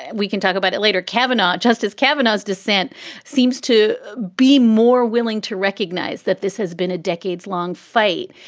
we can talk about it later. cabinet justice cabinets dissent seems to be more willing to recognize that this has been a decades long fight.